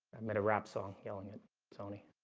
made a rap song yelling at sony